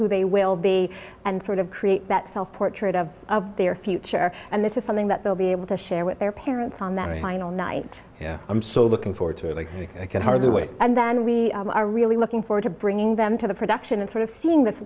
who they will be and sort of create that self portrait of their future and this is something that they'll be able to share with their parents on that final night i'm so looking forward to it i can hardly wait and then we are really looking forward to bringing them to the production and sort of seeing this